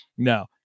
No